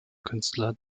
künstler